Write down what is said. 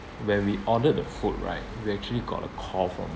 when we ordered the food right we actually got a call from